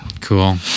Cool